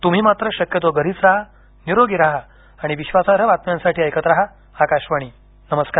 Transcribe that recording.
तुम्ही मात्र शक्यतो घरीच राहा निरोगी राहा आणि विश्वासार्ह बातम्यांसाठी ऐकत राहा आकाशवाणी नमस्कार